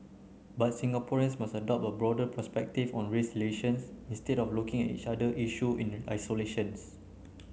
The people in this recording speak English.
but Singaporeans must adopt a broader perspective on race relations instead of looking at each issue in isolations